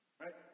right